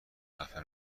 خفه